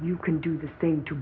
you can do this thing to